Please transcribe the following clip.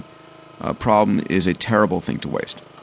a problem is a terrible thing to waste.